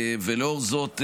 לאור זאת,